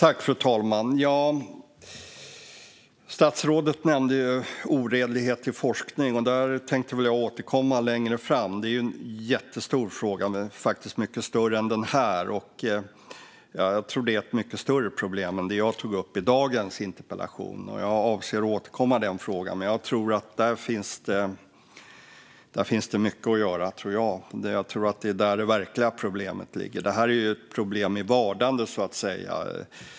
Fru talman! Statsrådet nämnde oredlighet i forskning, och det tänkte jag återkomma till längre fram. Det är ju en jättestor fråga - faktiskt mycket större än den här. Jag tror att det är ett mycket större problem än det jag tog upp i dagens interpellation, och jag avser att återkomma i den frågan. Där finns det mycket att göra; jag tror att det är där det verkliga problemet ligger. Detta är ju ett problem i vardande, så att säga.